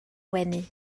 wenu